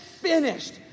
Finished